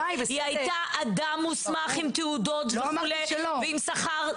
היא הייתה אדם מוסמך עם תעודות ועם שכר.